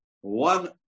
one